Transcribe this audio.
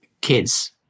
kids